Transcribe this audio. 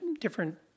different